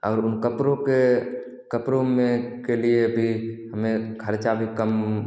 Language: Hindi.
और उन कपड़ों के कपड़ों में के लिए भी हमें खर्चा भी कम